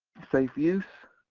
safe use,